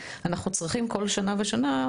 אנחנו צריכים כל שנה ושנה,